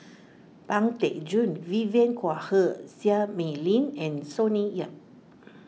Pang Teck Joon Vivien Quahe Seah Mei Lin and Sonny Yap